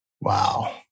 Wow